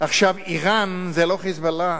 אירן זה לא "חיזבאללה",